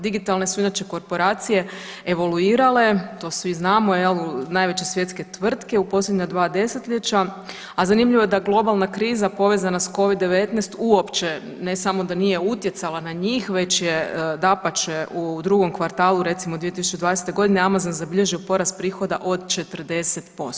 Digitalne su inače korporacije evaluirale to svi znamo jel' u najveće svjetske tvrtke u posljednja 2 desetljeća, a zanimljivo je da globalna kriza povezana sa Covid-19 uopće ne samo da nije utjecala na njih, već je dapače u drugom kvartalu recimo 2020. godine Amazon zabilježio porast prihoda od 40%